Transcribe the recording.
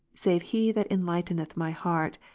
save he that enlighteneth my heart,